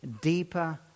deeper